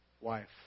wife